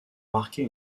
marquer